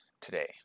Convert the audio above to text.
today